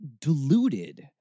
diluted